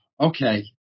okay